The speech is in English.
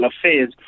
affairs